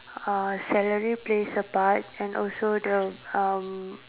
uh salary plays a part and also the um